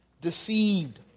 deceived